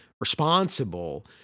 responsible